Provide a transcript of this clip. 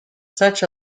such